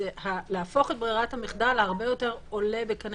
להפוך את ברירת המחדל הרבה יותר עולה בקנה